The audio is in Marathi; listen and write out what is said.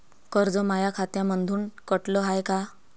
कर्ज माया खात्यामंधून कटलं हाय का?